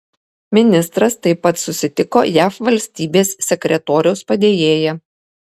ministras taip pat susitiko jav valstybės sekretoriaus padėjėja